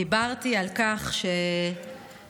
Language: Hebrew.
דיברתי על כך שהממשלה,